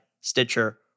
Stitcher